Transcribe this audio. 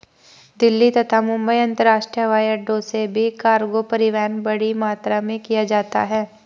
दिल्ली तथा मुंबई अंतरराष्ट्रीय हवाईअड्डो से भी कार्गो परिवहन बड़ी मात्रा में किया जाता है